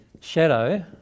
shadow